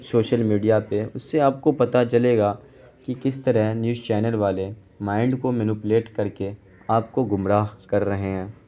social media پہ اس سے آپ کو پتہ چلے گا کہ کس طرح نیوز چینل والے مائنڈ کو مینوپلیٹ کر کے آپ کو گمراہ کر رہے ہیں